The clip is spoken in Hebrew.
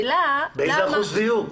באיזה אחוז דיוק?